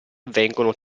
vengono